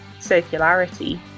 circularity